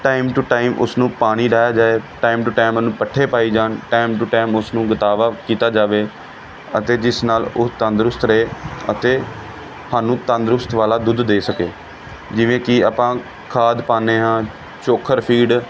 time to time ਉਸ ਨੂੰ ਪਾਣੀ ਲਾਇਆ ਜਾਏ ਟਾਈਮ ਟੂ ਟਾਈਮ ਉਹਨੂੰ ਪੱਠੇ ਪਾਏ ਜਾਣ ਟੈਮ ਟੂ ਟੈਮ ਉਸਨੂੰ ਗਦਾਵਾ ਕੀਤਾ ਜਾਵੇ ਅਤੇ ਜਿਸ ਨਾਲ ਉਹ ਤੰਦਰੁਸਤ ਰਹੇ ਅਤੇ ਸਾਨੂੰ ਤੰਦਰੁਸਤ ਵਾਲਾ ਦੁੱਧ ਦੇ ਸਕੇ ਜਿਵੇਂ ਕਿ ਆਪਾਂ ਖਾਦ ਪਾਉਂਦੇ ਹਾਂ ਚੋਕਰ ਫੀਡ